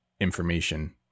information